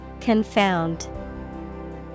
Confound